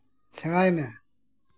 ᱥᱮᱬᱟᱭ ᱢᱮ